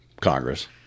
Congress